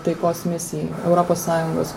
taikos misijai europos sąjungos